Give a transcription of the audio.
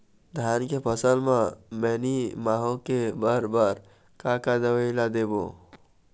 धान के फसल म मैनी माहो के बर बर का का दवई ला देबो?